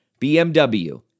BMW